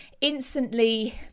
instantly